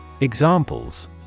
Examples